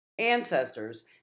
ancestors